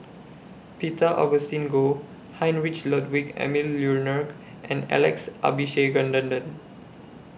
Peter Augustine Goh Heinrich Ludwig Emil and Alex Abisheganaden